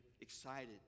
excited